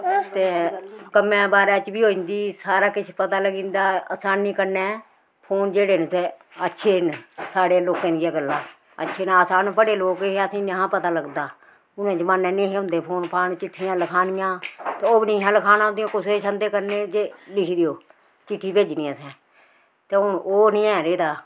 ते कम्मै बारै च बी होई जंदी सारा किश पता लगी जंदा असानी कन्नै फोन जेह्ड़े न ते अच्छे न साढ़े लोकें दियां गल्लां अच्छे न अस अनपढ़े लोक हे असेंगी निहा पता लगदा उ'नें जमान्ने नेहे होंदे फोन फान चिट्ठियां लखानियां ते ओह् बी निहा लखानां होंदियां कुसै छंदे करने जे लिखी देओ चिट्ठी भेजनी असें ते हून ओह् नी ऐ रेह्दा